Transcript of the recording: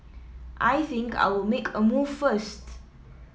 I think I'll make a move first